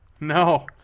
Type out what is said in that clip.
No